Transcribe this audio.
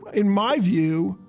in my view,